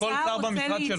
לכל שר במשרד שלו.